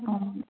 অঁ